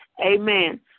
Amen